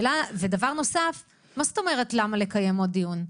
דבר נוסף, מה זאת אומרת למה לקיים עוד דיון?